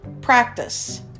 practice